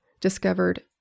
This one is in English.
discovered